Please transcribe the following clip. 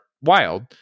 wild